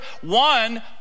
One